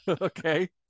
Okay